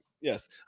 yes